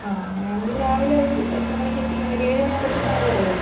ആ അങ്ങനെയാണെങ്കിൽ രാവിലെ ഒരു എത്ര മണിക്ക് എത്തിക്കണം ഒരു ഏഴു മണി ആകുമ്പോൾ എത്തിച്ചാൽ മതിയാകുമോ